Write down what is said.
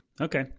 okay